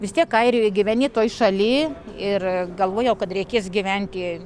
vis tiek airijoj gyveni toj šaly ir galvojau kad reikės gyventi